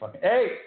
Hey